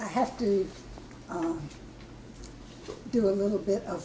i have to do a little bit of